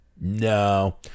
No